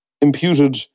imputed